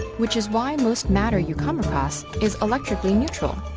which is why most matter you come across is electrically neutral.